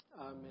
Amen